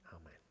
amen